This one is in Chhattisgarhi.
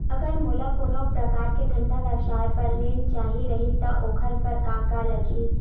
अगर मोला कोनो प्रकार के धंधा व्यवसाय पर ऋण चाही रहि त ओखर बर का का लगही?